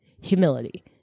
humility